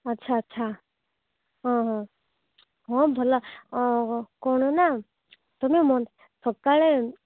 ଆଚ୍ଛା ଆଚ୍ଛା ହଁ ହଁ ହଁ ଭଲ କ'ଣ ନା ତୁମେ ସକାଳେ